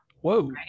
Whoa